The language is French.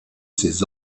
ses